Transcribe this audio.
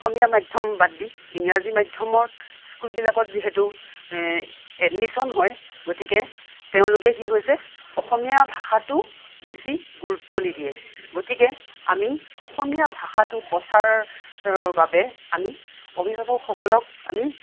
অসমীয়া মাধ্যম বাদ দি ইংৰাজী মাধ্যমত স্কুলবিলাকত যিহেতু এডমিচন হয় গতিকে তেওঁলোকে কি হৈছে অসমীয়া ভাষাটো বেছি গুৰুত্ৱ নিদিয়ে গতিকে আমি অসমীয়া ভাষাটো প্ৰচাৰৰ বাবে আমি অভিভাৱকসকলক আমি